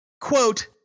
Quote